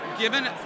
Given